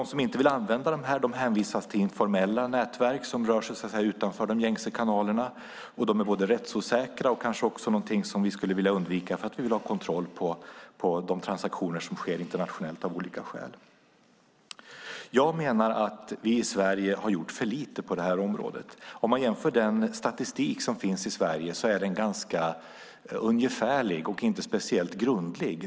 De som inte vill använda dessa tjänster hänvisas till informella nätverk som rör sig utanför de gängse kanalerna. De är både rättsosäkra och någonting som vi kanske skulle vilja undvika därför att vi vill ha kontroll på de transaktioner som sker internationellt av olika skäl. Jag menar att vi i Sverige har gjort för lite på området. Om man ser på den statistik som finns i Sverige är den ganska ungefärlig och inte speciellt grundlig.